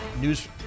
news